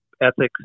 ethics